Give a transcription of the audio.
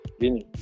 Vinny